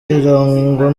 irangwa